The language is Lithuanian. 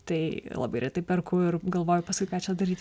tai labai retai perku ir galvoju paskui ką čia daryt